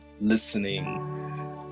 listening